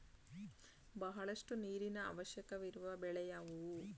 ಬಹಳಷ್ಟು ನೀರಿನ ಅವಶ್ಯಕವಿರುವ ಬೆಳೆ ಯಾವುವು?